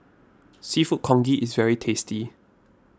Seafood Congee is very tasty